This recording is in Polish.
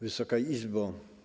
Wysoka Izbo!